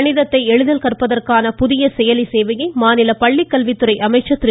கணிதத்தை எளிதில் கற்பதற்கான புதிய செயலி சேவையை மாநில பள்ளிக்கல்வித்துறை அமைச்சர் திரு